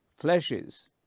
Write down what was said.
fleshes